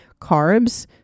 carbs